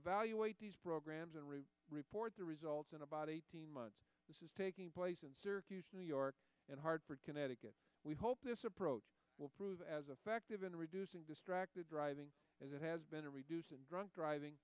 evaluate these programs and report the results in about eighteen months this is taking place in new york and hartford connecticut we hope this approach will prove as effective in reducing distracted driving as it has been reducing drunk driving